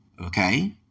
Okay